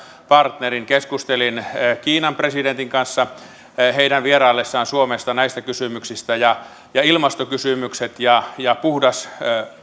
partnerin keskustelin kiinan presidentin kanssa heidän vieraillessaan suomessa näistä kysymyksistä ilmastokysymykset ja ja puhdas